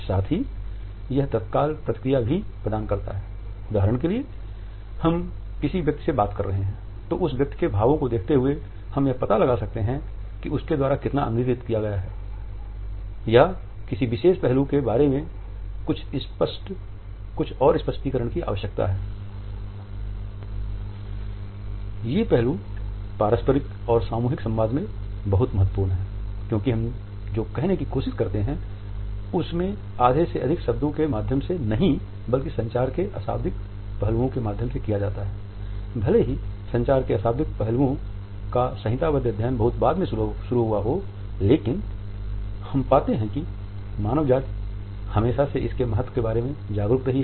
साथ ही यह तत्काल प्रतिक्रिया भी प्रदान करता है उदाहरण के लिए हम किसी व्यक्ति से बात कर रहे हैं तो उस व्यक्ति के भावों को देखते हुए हम यह पता लगा सकते हैं कि उसके द्वारा कितना अंगीकृत किया गया है या क्या किसी विशेष पहलू के बारे में कुछ और स्पष्टीकरण की आवश्यकता ये पहलू पारस्परिक और सामूहिक संवाद में बहुत महत्वपूर्ण हैं क्योंकि हम जो कहने की कोशिश करते हैं उसमे आधे से अधिक शब्दों के माध्यम से नहीं बल्कि संचार के अशाब्दिक पहलुओं के माध्यम से किया जाताभले ही संचार के अशाब्दिक पहलुओं का संहिताबद्ध अध्ययन बहुत बाद में शुरू हुआ हो लेकिन हम पाते हैं कि मानव जाति हमेशा से इसके महत्व के बारे में जागरूक रही है